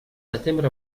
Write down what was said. desembre